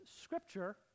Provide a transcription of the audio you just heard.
Scripture